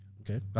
Okay